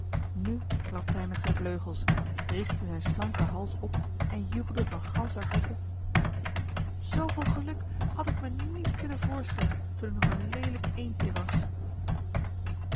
nu klapte hij met zijn vleugels richtte zijn slanken hals op en jubelde van ganscher harte zooveel geluk had ik mij niet kunnen voorstellen toen ik nog een leelijk eendje was